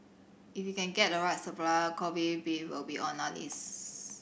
if we can get the right supplier Kobe beef will be on our list